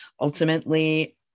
ultimately